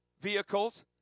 vehicles